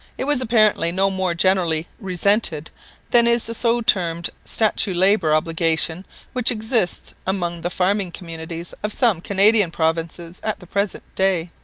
it was apparently no more generally resented than is the so-termed statute-labour obligation which exists among the farming communities of some canadian provinces at the present day.